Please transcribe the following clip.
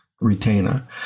retainer